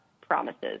promises